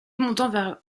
montant